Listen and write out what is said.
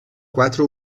quatre